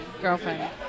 girlfriend